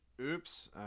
Oops